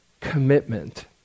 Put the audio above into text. commitment